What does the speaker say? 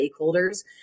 stakeholders